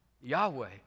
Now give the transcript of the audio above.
Yahweh